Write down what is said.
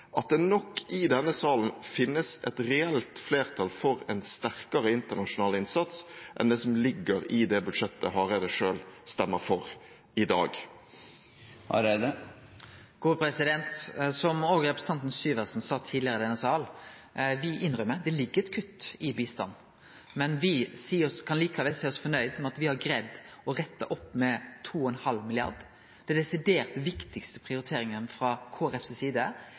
at det i denne salen nok finnes et reelt flertall for en sterkere internasjonal innsats enn det som ligger i det budsjettet som Hareide selv stemmer for i dag. Som òg representanten Syversen sa tidlegare i denne salen: Me innrømmer det – det ligg eit kutt i bistanden, men me kan likevel seie oss fornøgde med at me har greidd å rette det opp med 2,5 mrd. kr. Den desidert viktigaste prioriteringa frå Kristeleg Folkeparti si side